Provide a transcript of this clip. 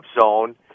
zone